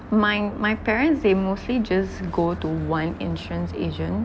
my my parents they mostly just go to one insurance agent